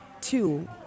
Two